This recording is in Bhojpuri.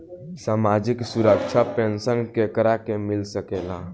सामाजिक सुरक्षा पेंसन केकरा के मिल सकेला?